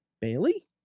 Bailey